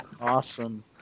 Awesome